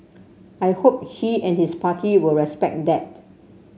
I hope he and his party will respect that